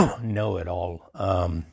know-it-all